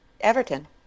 Everton